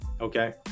Okay